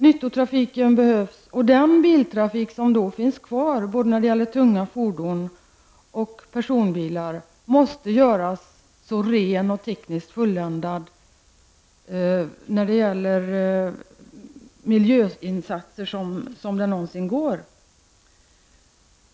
Nyttotrafiken behövs, och den biltrafik som kommer att finnas kvar, tunga fordon och personbilar, måste göras så ren och tekniskt fulländad när det gäller miljöinsatser som det någonsin går.